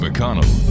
McConnell